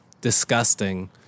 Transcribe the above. disgusting